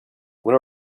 when